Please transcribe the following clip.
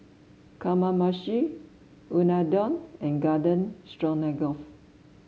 Kamameshi Unadon and Garden Stroganoff